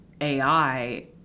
AI